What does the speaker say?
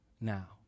Now